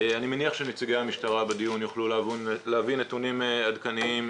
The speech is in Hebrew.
אני מניח שנציגי המשטרה בדיון יוכלו להביא נתונים עדכניים,